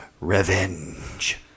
Revenge